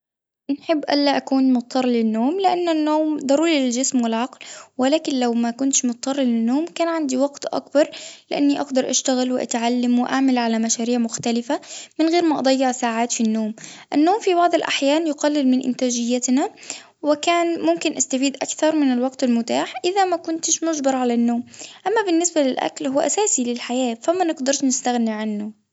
بنحب ألا أكون مضطر للنوم لإن النوم ضروري للجسم والعقل، ولكن لو ما كنتش مضطر للنوم كان عندي وقت أكبر لإني أقدر أشتغل وأتعلم وأعمل على مشاريع مختلفة من غير ما أضيع ساعات في النوم، النوم في بعض الأحيان يقلل من إنتاجيتنا، وكان ممكن أستفيد أكثر من الوقت متاح إذا ما كنتش مجبر على النوم، أما بالنسبة للأكل هو أساسي للحياة فما نقدرش نستغنى عنه.